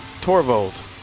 Torvold